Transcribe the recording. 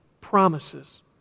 promises